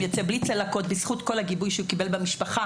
יוצא בלי צלקות בזכות כל הגיבוי שהוא קיבל במשפחה.